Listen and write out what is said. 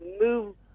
move